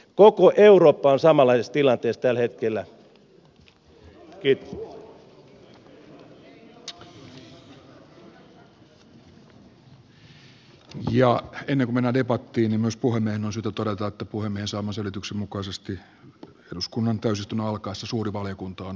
koko eurooppaan samalla jos tilanteesta hallitus ja myös tämä hallitus on syytä todeta kuin ne saman selvityksen pyrkinyt tekemään toimenpiteitä joilla saadaan talous kasvuun työpaikkoja luotua